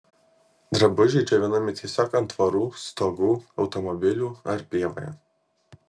drabužiai džiovinami tiesiog ant tvorų stogų automobilių ar pievoje